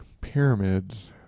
Pyramids